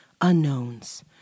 unknowns